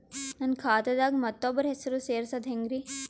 ನನ್ನ ಖಾತಾ ದಾಗ ಮತ್ತೋಬ್ರ ಹೆಸರು ಸೆರಸದು ಹೆಂಗ್ರಿ?